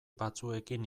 batzuekin